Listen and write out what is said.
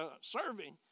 serving